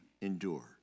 endure